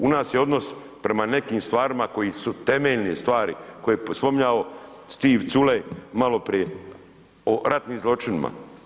U nas je odnos prema nekim stvarima koji su temeljne stvari, koje je spominjao Stiv Culej maloprije o ratnim zločinima.